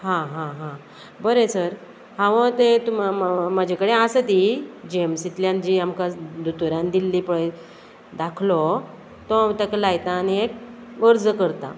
हां हां हां बरें सर हांव तें तुम म्हाजे कडेन आसा ती जीएमसींतल्यान जी आमकां दोतोरान दिल्ली पळय दाखलो तो हांव तेका लायता आनी एक अर्ज करता